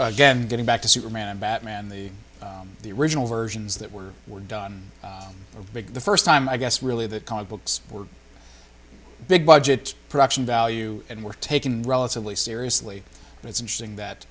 again getting back to superman batman the the original versions that were were done the first time i guess really the comic books were big budget production value and were taken relatively seriously and it's interesting that